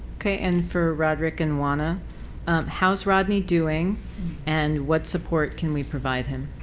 okay, and for roderick and uwana how's rodney doing and what support can we provide him?